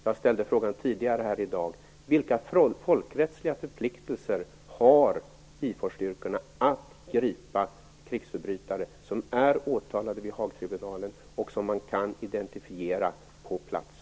Jag ställde frågan tidigare i dag: Vilka folkrättsliga förpliktelser har IFOR-styrkorna att gripa krigsförbrytare som är åtalade vid Haagtribunalen och som man kan identifiera på plats?